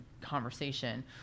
conversation